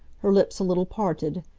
her lips a little parted.